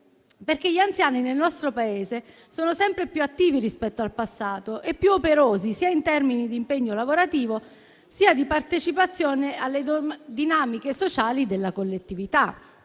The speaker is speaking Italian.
perché gli anziani nel nostro Paese sono sempre più attivi rispetto al passato e più operosi, sia in termini di impegno lavorativo, sia di partecipazione alle dinamiche sociali della collettività.